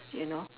you know